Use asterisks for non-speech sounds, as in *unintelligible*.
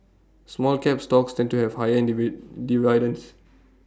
small cap stocks tend to have higher *unintelligible* dividends